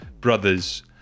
brothers